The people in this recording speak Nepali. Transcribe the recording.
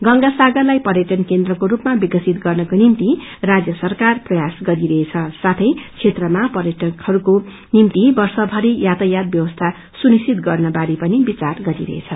गंगा सागरलाई पर्यटन केन्द्रको स्पमा विकसित गर्नको निम्ति राज्य सरकार प्रयास गरिरहेछ औ क्षेत्रमा पर्यटकहरूको निमित वव्रभरि याातायात व्यवस्था सुनिश्चित गर्न बारे पनि विचार गरिरहेछ